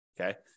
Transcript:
Okay